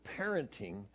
parenting